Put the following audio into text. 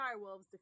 Direwolves